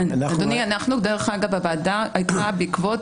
אדוני, דרך אגב, הוועדה הייתה גם בעקבות